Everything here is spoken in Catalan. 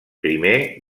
primer